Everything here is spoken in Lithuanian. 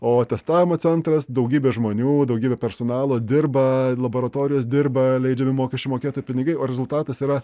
o testavimo centras daugybė žmonių daugybė personalo dirba laboratorijos dirba leidžiami mokesčių mokėtojų pinigai o rezultatas yra